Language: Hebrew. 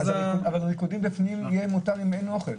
אבל ריקודים בפנים יהיו מותרים אם אין אוכל.